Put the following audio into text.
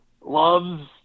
loves